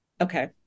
okay